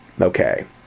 Okay